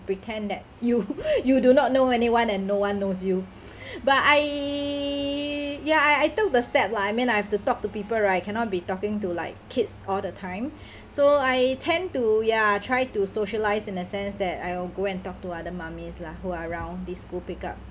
pretend that you you do not know anyone and no one knows you but I ya I I took the step lah and I mean I have to talk to people right cannot be talking to like kids all the time so I tend to ya try to socialise in a sense that I'll go and talk to other mummies lah who are around this school pickup